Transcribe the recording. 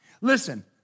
Listen